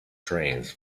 trains